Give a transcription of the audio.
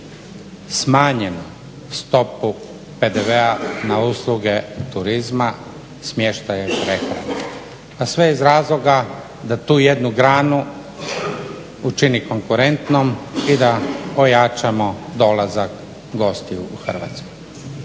smanjenu stopu PDV-a na usluge turizma, smještaja i prehrane, a sve iz razloga da tu jednu granu učini konkurentnom i da ojačamo dolazak gostiju u Hrvatsku.